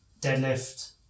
deadlift